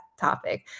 topic